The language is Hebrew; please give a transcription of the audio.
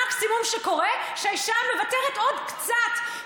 המקסימום שקורה הוא שהאישה מוותרת עוד קצת,